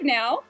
now